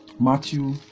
matthew